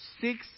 Six